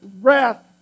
wrath